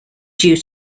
due